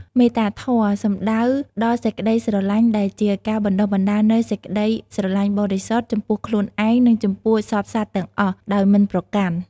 មេត្តាធម៌ សំដៅដល់សេចក្តីស្រឡាញ់ ដែលជាការបណ្ដុះបណ្ដាលនូវសេចក្ដីស្រឡាញ់បរិសុទ្ធ ចំពោះខ្លួនឯង និងចំពោះសព្វសត្វទាំងអស់ ដោយមិនប្រកាន់។